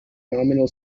nominal